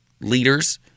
leaders